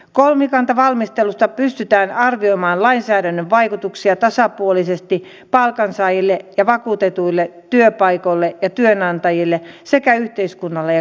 kolmikantavalmistelusta pystytään arvioimaan lainsäädännön vaikutuksia tasapuolisesti palkansaajille ja vakuutetuille työpaikoille ja työnantajille sekä yhteiskunnalle ja kansantaloudelle